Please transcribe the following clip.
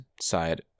side